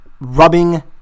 rubbing